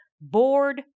Bored